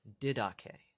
didache